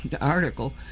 article